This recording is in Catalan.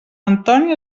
antoni